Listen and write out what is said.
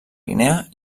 guinea